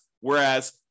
Whereas